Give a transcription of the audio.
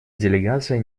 делегация